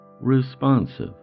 Responsive